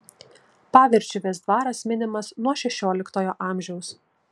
pavirčiuvės dvaras minimas nuo šešioliktojo amžiaus